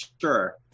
sure